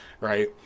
Right